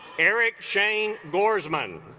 eric shane gausman